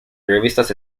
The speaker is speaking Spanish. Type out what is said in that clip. revistas